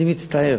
אני מצטער.